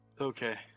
Okay